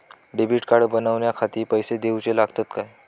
Debit card बनवण्याखाती पैसे दिऊचे लागतात काय?